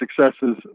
successes